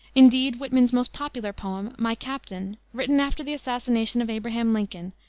indeed, whitman's most popular poem, my captain, written after the assassination of abraham lincoln,